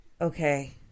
okay